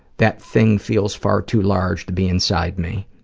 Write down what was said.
that thing feels far too large to be inside me.